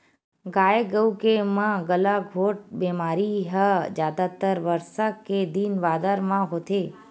गाय गरु के म गलाघोंट बेमारी ह जादातर बरसा के दिन बादर म होथे